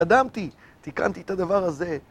אדמתי, תיקנתי את הדבר הזה.